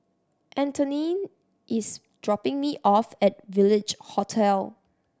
Antoine is dropping me off at Village Hotel